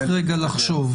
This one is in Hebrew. צריך לחשוב.